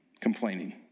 complaining